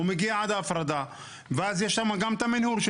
הוא מגיע עד ההפרדה ואז יש שם גם את המנהור של